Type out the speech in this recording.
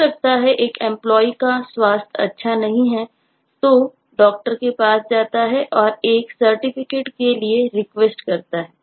हो सकता है एक Employee का स्वास्थ्य अच्छा नहीं है तो Doctor के पास जाता है और एक Certificate के लिए अनुरोध request करता है